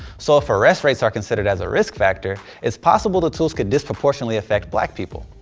so if arrest rates are considered as a risk factor, it's possible the tools could disproportionately affect black people.